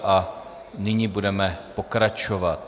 A nyní budeme pokračovat.